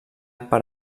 per